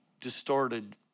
distorted